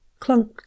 clunked